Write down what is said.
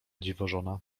dziwożona